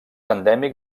endèmic